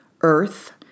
earth